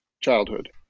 childhood